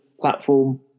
platform